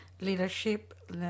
Leadership